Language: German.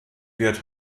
wird